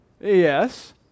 Yes